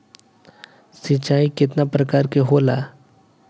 सिंचाई केतना प्रकार के होला?